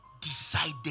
decided